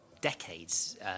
decades